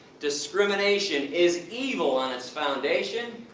discrimination is evil on its foundation.